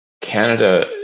Canada